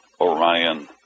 Orion